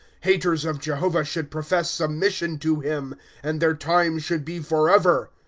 haters of jehovah should profess submission to him and their time should be forever.